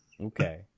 Okay